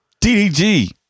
DDG